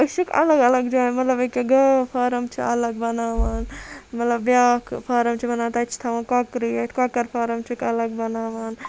أس چھِکھ اَلَگ اَلَگ جایَن مَطلَب اکیاہ گٲو فارَم چھِ اَلَگ بَناوان مَطلَب بیاکھ فارَم چھُ بَنان تَتہِ چھِ تھاوان کۄکرٕے یٲتۍ کۄکَر فارَم چھِکھ اَلَگ بَناوان